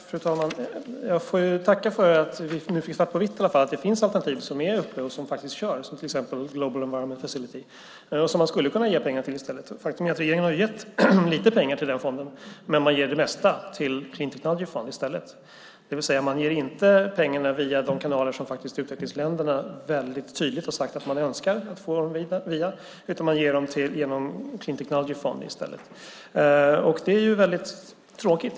Fru talman! Jag får tacka för att vi i alla fall får svart på vitt på att det finns alternativ som faktiskt är i gång, till exempel Global Environment Facility, som man skulle kunna ge pengar till i stället. Faktum är att regeringen har gett lite pengar till den fonden, men man ger det mesta till Clean Technology Fund i stället, det vill säga att man inte ger pengarna via de kanaler som utvecklingsländerna faktiskt väldigt tydligt har sagt att man önskar pengarna utan man ger dem genom Clean Technology Fund i stället. Det är väldigt tråkigt.